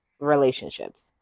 relationships